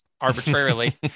arbitrarily